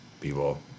people